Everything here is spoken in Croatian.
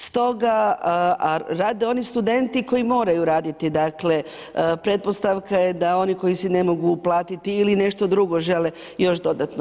Stoga, rade oni studenti koji moraju raditi, dakle, pretpostavka je da oni koji si ne mogu uplatiti ili nešto drugo žele još dodatno.